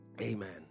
Amen